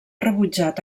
rebutjat